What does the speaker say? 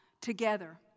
together